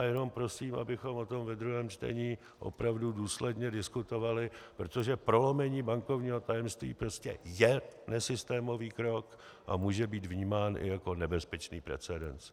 Jenom prosím, abychom o tom ve druhém čtení opravdu důsledně diskutovali, protože prolomení bankovního tajemství prostě je nesystémový krok a může být vnímán i jako nebezpečný precedens.